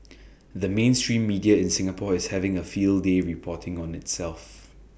the mainstream media in Singapore is having A field day reporting on itself